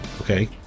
okay